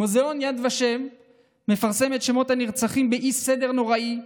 מוזיאון יד ושם מפרסם את שמות הנרצחים באי-סדר נוראי,